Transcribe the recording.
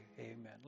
amen